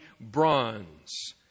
bronze